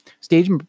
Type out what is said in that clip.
Stage